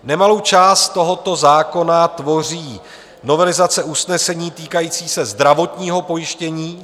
Nemalou část tohoto zákona tvoří novelizace usnesení týkající se zdravotního pojištění.